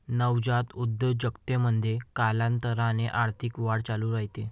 नवजात उद्योजकतेमध्ये, कालांतराने आर्थिक वाढ चालू राहते